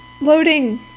loading